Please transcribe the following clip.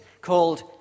called